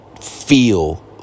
feel